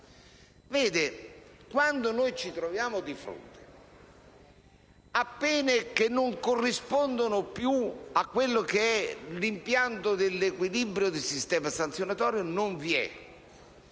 Quando ci troviamo di fronte a pene che non corrispondono più a quello che è l'impianto dell'equilibrio del sistema sanzionatorio, non vi è